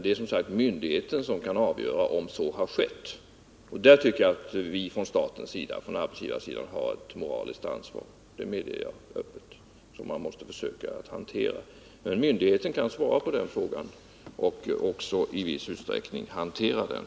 Det är som sagt myndigheten som avgör om så har skett. I det avseendet har vi från statens sida, från arbetsgivarsidan, ett moraliskt ansvar — det medger jag öppet — och det måste vi försöka att hantera. Myndigheten kan svara på frågan och i viss utsträckning också hantera den.